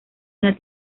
una